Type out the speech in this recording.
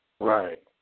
Right